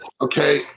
okay